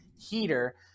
heater